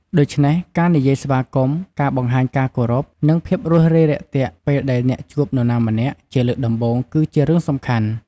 ដូច្នេះការនិយាយស្វាគមន៍ ការបង្ហាញការគោរព និងភាពរួសរាយរាក់ទាក់ពេលដែលអ្នកជួបនរណាម្នាក់ជាលើកដំបូងគឺជារឿងសំខាន់។